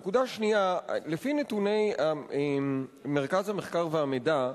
נקודה שנייה, לפי נתוני מרכז המחקר והמידע,